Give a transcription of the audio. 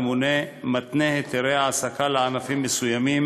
הממונה מתנה היתרי העסקה לענפים מסוימים